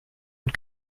und